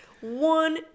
One